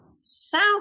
south